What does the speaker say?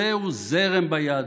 זהו זרם ביהדות.